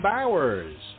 Bowers